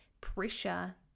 Pressure